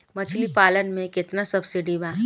मछली पालन मे केतना सबसिडी बा?